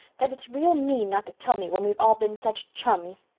that it's real mean not to tell me when we've all been such chums.